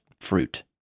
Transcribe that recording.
fruit